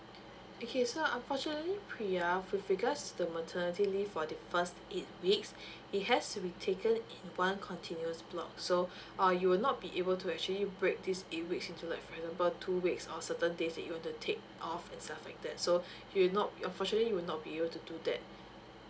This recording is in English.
okay so unfortunately pria with regards to the maternity leave for the first eight weeks it has to be taken in one continuous block so or you will not be able to actually break this eight week's into like for example two weeks or certain days that you want to take off and stuff like that so you not unfortunately you're not be able to do that